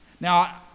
Now